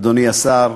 אדוני השר,